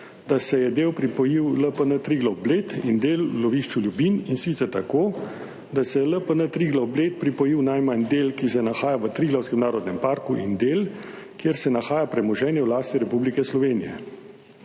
da se je del pripojil LPN Triglav Bled in del v lovišču Lubinj, in sicer tako, da se je LPN Triglav Bled pripojil najmanj del, ki se nahaja v Triglavskem narodnem parku, in del, kjer se nahaja premoženje v lasti Republike Slovenije.